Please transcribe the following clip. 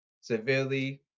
severely